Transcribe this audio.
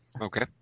Okay